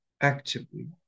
actively